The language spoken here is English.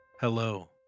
Hello